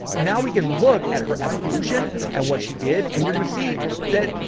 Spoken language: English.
now we can look at her evolution at what she did, and you're going to see that,